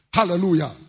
Hallelujah